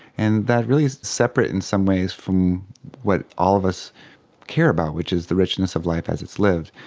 and that really is separate in some ways from what all of us care about, which is the richness of life as it's lived.